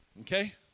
Okay